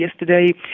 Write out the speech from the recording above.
yesterday